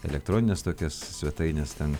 elektronines tokias svetaines ten